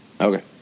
Okay